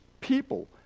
people